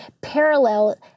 parallel